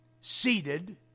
seated